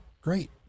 great